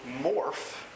morph